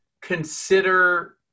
consider